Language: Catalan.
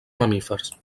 mamífers